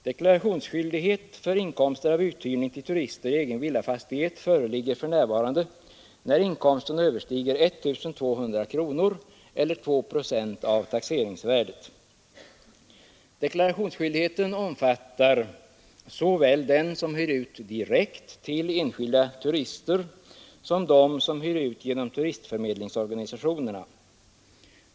Deklarationsskyldighet för inkomster av uthyrning till turister i egen villafastighet föreligger för närvarande, när inkomsten överstiger 1 200 kronor eller 2 procent av taxeringsvärdet. Deklarationsskyldigheten omfattar såväl den som hyr ut direkt till enskilda turister som den som hyr ut genom turistförmedlingsorganisationerna.